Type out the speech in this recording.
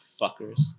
Fuckers